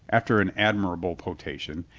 after an ad mirable potation,